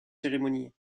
cérémonies